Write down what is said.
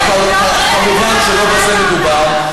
אבל כמובן שלא בזה מדובר,